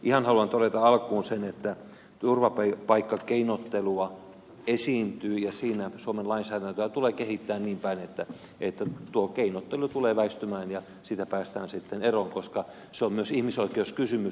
ihan haluan todeta alkuun sen että turvapaikkakeinottelua esiintyy ja siinä suomen lainsäädäntöä tulee kehittää niinpäin että tuo keinottelu tulee väistymään ja siitä päästään sitten eroon koska se on myös ihmisoikeuskysymys